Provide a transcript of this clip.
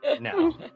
No